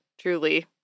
truly